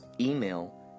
email